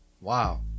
wow